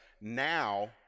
now